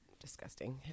disgusting